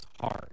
hard